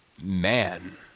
man